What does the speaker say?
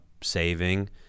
saving